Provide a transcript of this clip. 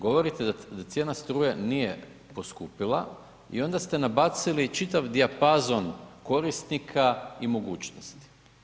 Govorite da cijena struje nije poskupila i onda ste nabacili čitav dijapazon korisnika i mogućnosti.